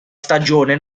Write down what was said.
stagione